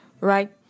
right